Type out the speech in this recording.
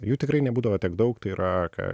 jų tikrai nebūdavo tiek daug tai yra ką